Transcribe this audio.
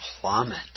plummet